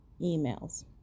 emails